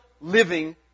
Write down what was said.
living